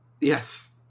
yes